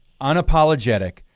unapologetic